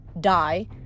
die